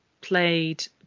played